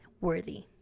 worthy